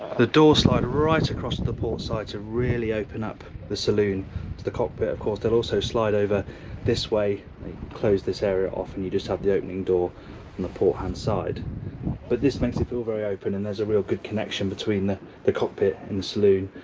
the doors slide right across the port side to really open up the saloon to the cockpit of course they'll also slide over this way they close this area off and you just have the opening door on and the port hand side but this makes it feel very open and there's a real good connection between the the cockpit and the saloon